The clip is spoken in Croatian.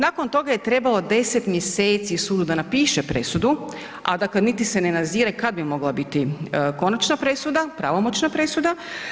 Nakon toga je trebalo 10 mjeseci sudu da napiše presudu, a dakle, niti se nazire kad bi mogla biti konačna presuda, pravomoćna presuda.